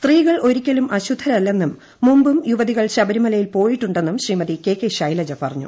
സ്ത്രീകൾ ഒരിക്കലും അശുദ്ധരല്ലെന്നും മുമ്പും യുവതികൾ ശബരിമലയിൽ പോയിട്ടുണ്ടെന്നും ശ്രീമതി കെ കെ ശൈലജ പറഞ്ഞു